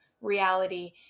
reality